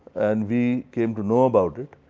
and we came to know about it,